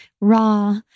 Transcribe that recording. raw